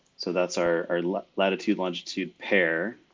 so that's our latitude longitude pair,